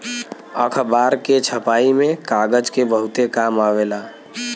अखबार के छपाई में कागज के बहुते काम आवेला